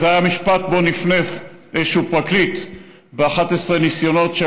זה היה המשפט שבו נפנף איזשהו פרקליט ב-11 ניסיונות של